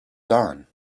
dawn